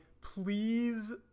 please